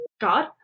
God